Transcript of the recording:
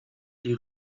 die